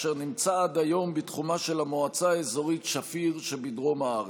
אשר נמצא עד היום בתחומה של המועצה האזורית שפיר שבדרום הארץ.